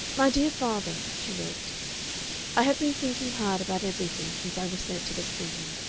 my dear father, she wrote i have been thinking hard about everything since i was sent to this prison.